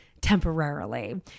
temporarily